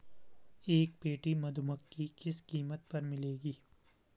एक पेटी मधुमक्खी किस कीमत पर मिलेगी?